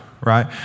right